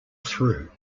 through